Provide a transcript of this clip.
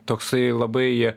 toksai labai